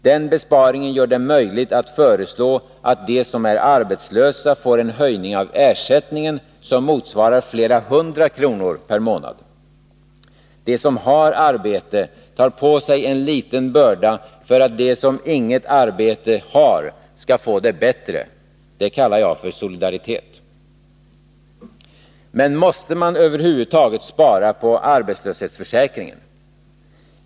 Den besparingen gör det möjligt att föreslå att de som är arbetslösa får en höjning av ersättningen som motsvarar flera hundra kronor per månad. De som har arbete tar på sig en liten börda för att de som inget arbete har skall få det bättre. Det kallar jag för solidaritet. Men måste man över huvud taget spara på arbetslöshetsförsäkringen?